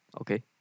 Okay